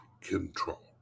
control